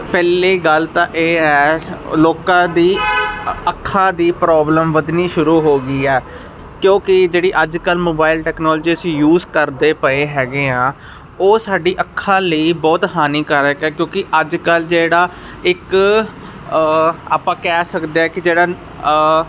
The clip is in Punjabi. ਪਹਿਲੀ ਗੱਲ ਤਾਂ ਇਹ ਹੈ ਲੋਕਾਂ ਦੀ ਅੱਖਾਂ ਦੀ ਪ੍ਰੋਬਲਮ ਵਧਣੀ ਸ਼ੁਰੂ ਹੋ ਗਈ ਹੈ ਕਿਉਂਕਿ ਜਿਹੜੀ ਅੱਜ ਕੱਲ ਮੋਬਾਈਲ ਟੈਕਨੋਲੋਜੀ ਅਸੀ ਯੂਜ ਕਰਦੇ ਪਏ ਹੈਗੇ ਆ ਉਹ ਸਾਡੀ ਅੱਖਾਂ ਲਈ ਬਹੁਤ ਹਾਨੀਕਾਰਕ ਹੈ ਕਿਉਂਕਿ ਅੱਜ ਕੱਲ ਜਿਹੜਾ ਇੱਕ ਆਪਾਂ ਕਹਿ ਸਕਦੇ ਆ ਕਿ ਜਿਹੜਾ